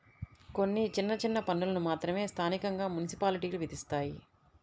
కొన్ని చిన్న చిన్న పన్నులను మాత్రమే స్థానికంగా మున్సిపాలిటీలు విధిస్తాయి